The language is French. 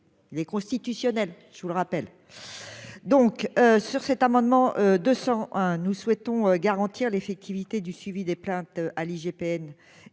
les constitutionnelle, je vous le rappelle, donc, sur cet amendement 200 hein, nous souhaitons garantir l'effectivité du suivi des plaintes à l'IGPN